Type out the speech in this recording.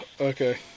Okay